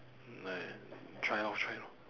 never mind try lor try lor